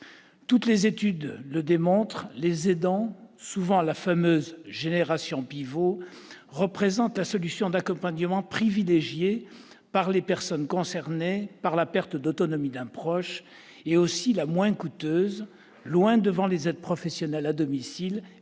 Toutes les études le démontrent : les aidants, souvent issus de la fameuse « génération pivot », représentent la solution d'accompagnement privilégiée par les personnes concernées par la perte d'autonomie d'un proche. C'est aussi la solution la moins coûteuse, loin devant les aides professionnelles à domicile et l'accueil